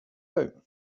about